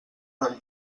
del